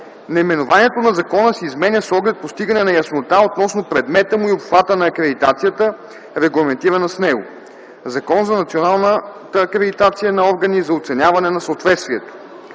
Наименованието на закона се изменя с оглед постигане на яснота относно предмета му и обхвата на акредитацията, регламентирана с него: „Закон за националната акредитация на органи за оценяване на съответствието”.